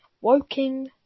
Woking